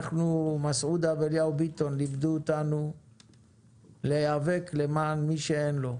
מסעודה ואליהו ביטון לימדו אותנו להיאבק למען מי שאין לו.